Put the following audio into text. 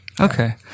Okay